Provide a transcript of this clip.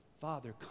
Father